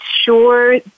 sure